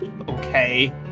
Okay